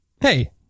Hey